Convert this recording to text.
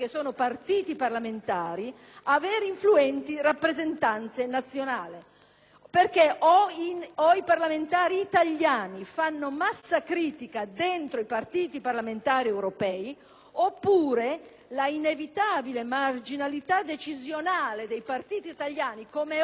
o i parlamentari italiani fanno massa critica dentro i partiti parlamentari europei oppure l'inevitabile marginalità decisionale dei partiti italiani, come è ora e come è stata negli ultimi decenni in Italia, sarà ancora più evidente.